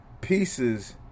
pieces